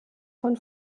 von